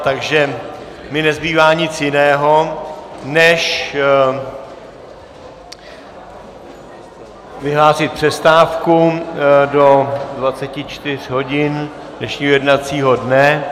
Takže mi nezbývá nic jiného, než vyhlásit přestávku do 24 hodin dnešního jednacího dne.